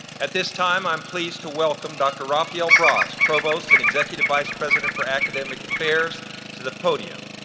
at this time i'm pleased to welcome dr. rafael bras, provost and executive vice president for academic affairs to the podium.